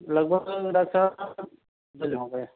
لگ بھگ ڈاکٹر صاحب دن ہو گئے